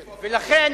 לכן,